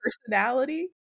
personality